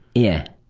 yeah.